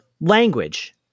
language